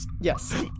Yes